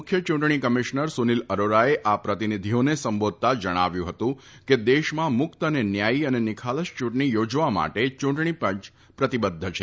મુખ્ય ચૂંટણી કમિશનર સુનીલ અરોરાએ આ પ્રતિનિધિઓને સંબોધતા જણાવ્યું ફતું કે દેશમાં મુક્ત ન્યાથી અને નિખાલસ ચૂંટણી યોજવા માટે ચૂંટણી પંચ પ્રતિબદ્ધ છે